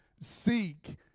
Seek